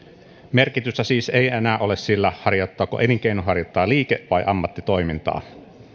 merkitystä siis ei enää ole sillä harjoittaako elinkeinonharjoittaja liike vai ammattitoimintaa